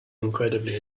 incredibly